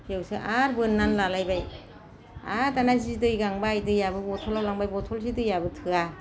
बेयावसो आरो बोननानै लालायबाय आरो दाना जि दै गांबाय दैयाबो बटलाव लांबाय बटलसे दैयाबो थोआ